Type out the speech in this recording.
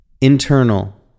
internal